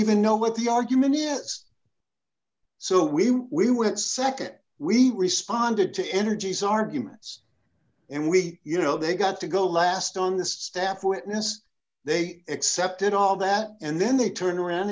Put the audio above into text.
even know what the argument is so we we went nd we responded to energy's arguments and we you know they got to go last on the staff witness they accepted all that and then they turn around